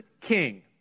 king